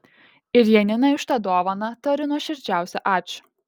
ir janinai už tą dovaną tariu nuoširdžiausią ačiū